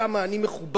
כמה אני מכובד,